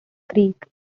creek